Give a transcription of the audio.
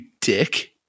dick